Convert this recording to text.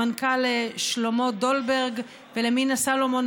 למנכ"ל שלמה דולברג ולמירה סלומון,